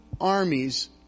armies